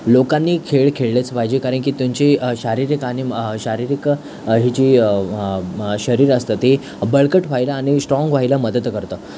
लोकांनी खेळ खेळलेच पाहिजे कारणकी तुमची शारीरिक आणि शारीरिक हिची शरीर असतं ते बळकट व्हायला आणि स्ट्राँग व्हायला मदत करतं